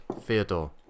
Theodore